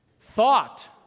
thought